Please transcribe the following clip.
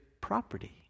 property